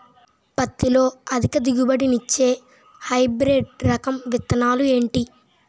పత్తి లో అధిక దిగుబడి నిచ్చే హైబ్రిడ్ రకం విత్తనాలు ఏంటి